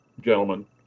gentlemen